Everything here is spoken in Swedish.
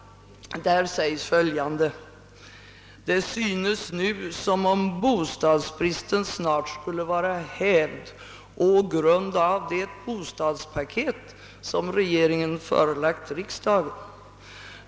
Där sägs följande: »Det synes nu som om bostadsbristen snart skulle vara hävd å grund av det bostadspaket, som regeringen förelagt riksdagen.